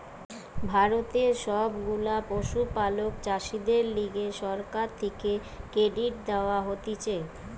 ভারতের সব গুলা পশুপালক চাষীদের লিগে সরকার থেকে ক্রেডিট দেওয়া হতিছে